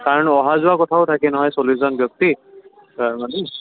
কাৰণ অহা যোৱা কথাও থাকে নহয় চল্লিছজন ব্যক্তি তাৰ মানে